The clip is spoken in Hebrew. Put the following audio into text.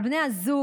על בני הזוג,